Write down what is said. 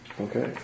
Okay